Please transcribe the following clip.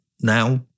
now